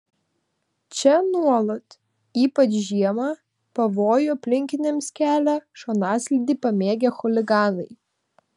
čia nuolat ypač žiemą pavojų aplinkiniams kelia šonaslydį pamėgę chuliganai